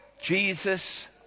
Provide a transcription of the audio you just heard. Jesus